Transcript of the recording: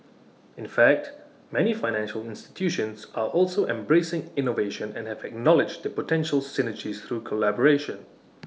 in fact many financial institutions are also embracing innovation and have acknowledged the potential synergies through collaboration